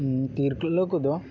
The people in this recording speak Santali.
ᱛᱤᱨᱞᱟᱹ ᱠᱚᱫᱚ